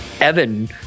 Evan